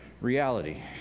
reality